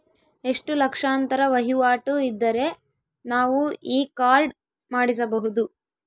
ಎಷ್ಟು ಲಕ್ಷಾಂತರ ವಹಿವಾಟು ಇದ್ದರೆ ನಾವು ಈ ಕಾರ್ಡ್ ಮಾಡಿಸಬಹುದು?